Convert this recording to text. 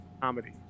Comedy